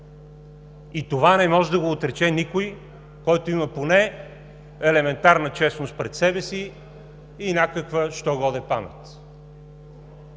И това не може да го отрече никой, който има поне елементарна честност пред себе си и някаква що-годе памет.